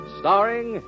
starring